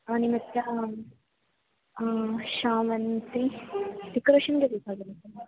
ಹಾಂ ನಿಮ್ಮ ಹತ್ತಿರ ಹಾಂ ಶಾವಂತಿ ಡೆಕೋರೇಷನ್ಗೆ ಬೇಕಾಗಿರೋದು